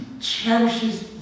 cherishes